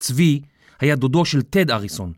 צבי היה דודו של טד אריסון.